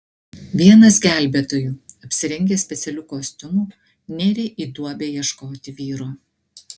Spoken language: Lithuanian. vienas gelbėtojų apsirengęs specialiu kostiumu nėrė į duobę ieškoti vyro